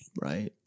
right